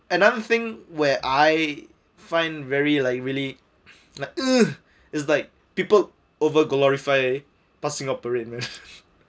another thing where I find very like really like ugh is like people over glorify bout singaporean man